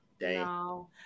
No